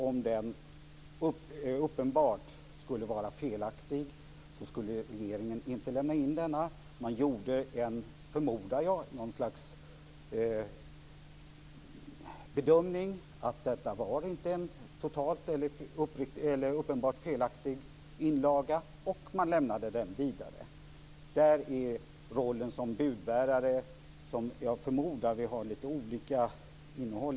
Om den uppenbart skulle vara felaktig skulle regeringen inte lämna in den. Man gjorde, förmodar jag, något slags bedömning av att detta inte var en uppenbart felaktig inlaga och man lämnade den vidare. Det är den rollen som budbärare som jag förmodar att vi ger lite olika innehåll.